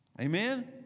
Amen